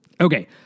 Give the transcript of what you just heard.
Okay